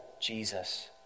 Jesus